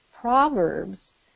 Proverbs